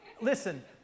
listen